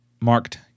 marked